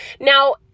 Now